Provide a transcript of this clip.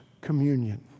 communion